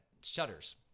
Shutters